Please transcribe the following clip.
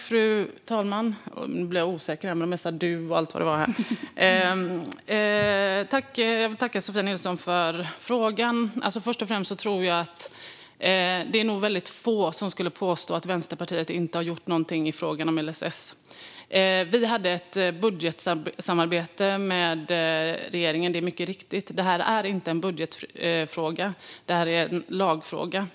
Fru talman! Jag tackar Sofia Nilsson för frågan. Först och främst tror jag att det är väldigt få som skulle påstå att Vänsterpartiet inte har gjort någonting i frågan om LSS. Vi hade mycket riktigt ett budgetsamarbete med regeringen. Men det här är inte en budgetfråga, utan en lagfråga.